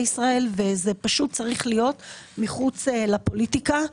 ישראל וזה צריך להיות מחוץ לפוליטיקה.